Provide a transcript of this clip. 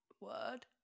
word